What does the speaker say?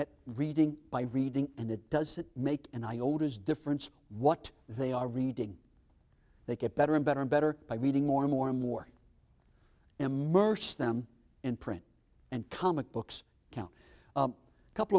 at reading by reading and it doesn't make an iota is difference what they are reading they get better and better and better by reading more and more and more immerse them in print and comic books count a couple